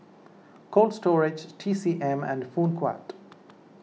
Cold Storage T C M and Phoon Huat